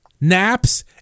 naps